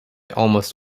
almost